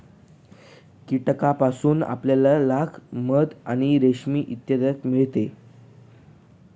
कीटकांपासून आपल्याला लाख, मध आणि रेशीम इत्यादी मिळते